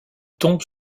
tombe